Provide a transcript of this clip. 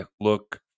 look